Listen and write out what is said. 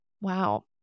Wow